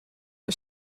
een